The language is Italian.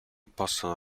possano